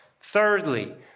Thirdly